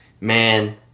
man